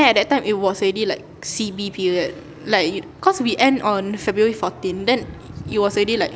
then at that time it was already like C_B period like cause we end on february fourteen then it was already like